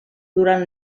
durant